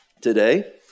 today